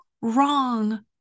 wrong